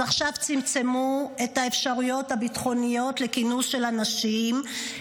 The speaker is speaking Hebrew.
אז עכשיו צמצמו את האפשרויות הביטחוניות לכינוס של אנשים,